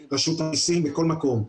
על ידי רשות המיסים בכל מקום.